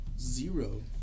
Zero